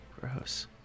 gross